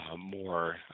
more